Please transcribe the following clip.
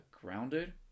grounded